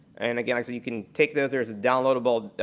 and yeah like but you can take those, there's a downloadable,